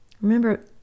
Remember